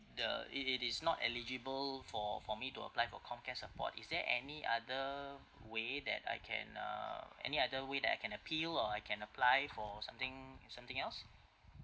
the it it is not eligible for for me to apply for COMCARE support is there any other way that I can uh any other way that I can appeal or I can apply for something something else